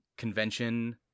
Convention